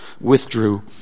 withdrew